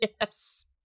Yes